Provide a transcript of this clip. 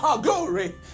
Glory